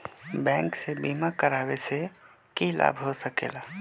Bank से बिमा करावे से की लाभ होई सकेला?